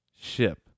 ship